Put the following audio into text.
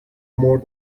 more